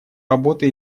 работы